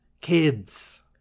Kids